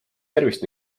tervist